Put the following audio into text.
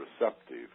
receptive